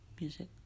music